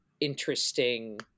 interesting